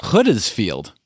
Huddersfield